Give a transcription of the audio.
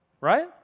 Right